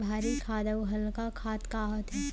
भारी खाद अऊ हल्का खाद का होथे?